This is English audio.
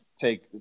take